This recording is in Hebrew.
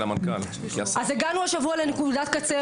הגענו השבוע לנקודת קצה,